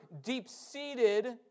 deep-seated